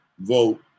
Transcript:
vote